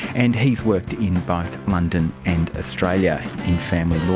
and he's worked in both london and australia in family law.